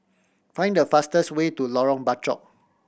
find the fastest way to Lorong Bachok